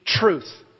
truth